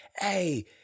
hey